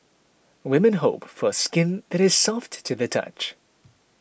women hope for skin that is soft to the touch